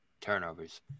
turnovers